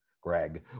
Greg